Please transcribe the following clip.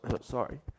sorry